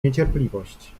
niecierpliwość